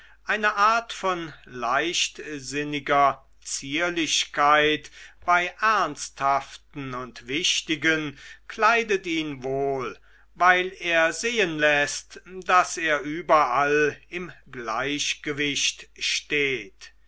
eine art von leichtsinniger zierlichkeit bei ernsthaften und wichtigen kleidet ihn wohl weil er sehen läßt daß er überall im gleichgewicht steht